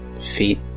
Feet